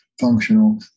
functional